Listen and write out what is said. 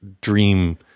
dream